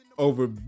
over